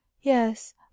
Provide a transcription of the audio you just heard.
Yes